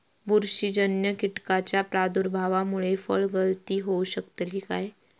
बुरशीजन्य कीटकाच्या प्रादुर्भावामूळे फळगळती होऊ शकतली काय?